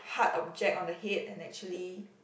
hard object on the head and actually